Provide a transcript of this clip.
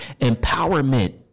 empowerment